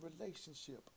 relationship